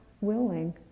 willing